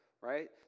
right